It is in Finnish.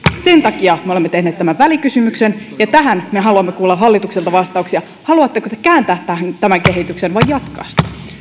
sen takia me olemme tehneet tämän välikysymyksen ja tähän me haluamme kuulla hallitukselta vastauksia haluatteko te kääntää tämän kehityksen vai jatkaa